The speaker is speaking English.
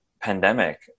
pandemic